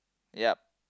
yup